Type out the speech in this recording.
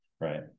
right